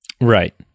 Right